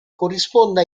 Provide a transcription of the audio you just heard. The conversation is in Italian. corrisponde